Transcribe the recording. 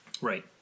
Right